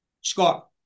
Scott